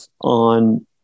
on